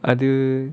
other